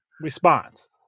response